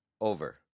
over